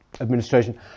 administration